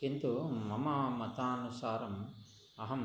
किन्तु मम मतानुसारम् अहं